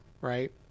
right